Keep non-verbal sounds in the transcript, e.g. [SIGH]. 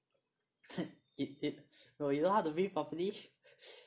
[BREATH] you you know you know how to breath properly